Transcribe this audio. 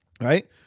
right